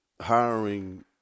hiring –